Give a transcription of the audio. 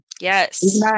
Yes